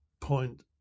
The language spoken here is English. point